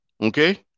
Okay